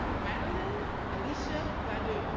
madeline alicia glandeau.